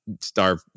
starve